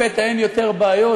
לפתע אין יותר בעיות.